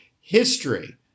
History